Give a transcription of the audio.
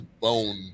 bone